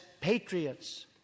patriots